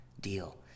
deal